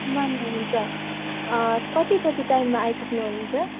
ल ल हुन्छ कति बजी टाइममा आइपुग्नुहुन्छ